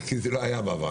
כי זה לא היה בעבר.